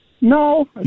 No